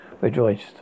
rejoiced